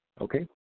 Okay